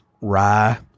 rye